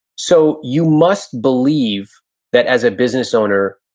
so you must believe that as a business owner,